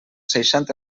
seixanta